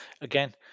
again